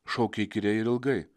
šaukė įkyriai ir ilgai